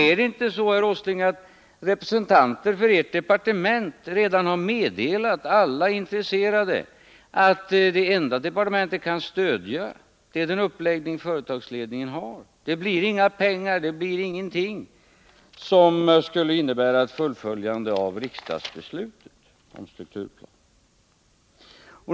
Är det inte så, herr Åsling, att representanter för ert departement redan har meddelat alla intresserade att det enda departementet kan stödja är den uppläggning företagsledningen har — det blir inga pengar, det blir över huvud taget ingenting som skulle kunna innebära ett fullföljande av riksdagens strukturplan.